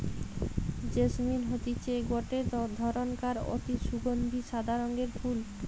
jasmine হতিছে গটে ধরণকার অতি সুগন্ধি সাদা রঙের ফুল